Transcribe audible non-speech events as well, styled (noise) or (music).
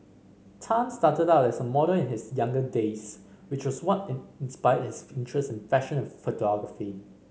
Tan started out as a model in his younger days which was what in inspired his (unintelligible) interest in fashion and photography